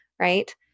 right